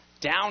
down